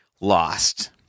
lost